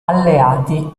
alleati